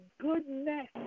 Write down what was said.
goodness